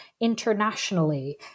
internationally